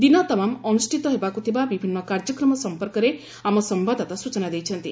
ଦିନତମାମ ଅନୁଷ୍ଠିତ ହେବାକୁ ଥିବା ବିଭିନ୍ନ କାର୍ଯ୍ୟକ୍ରମ ସମ୍ପର୍କରେ ଆମ ସମ୍ଭାଦଦାତା ସୂଚନା ଦେଇଛନ୍ତି